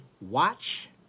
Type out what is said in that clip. watch